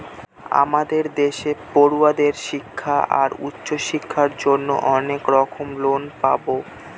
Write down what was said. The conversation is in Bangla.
আমাদের দেশে পড়ুয়াদের শিক্ষা আর উচ্চশিক্ষার জন্য অনেক রকম লোন পাবো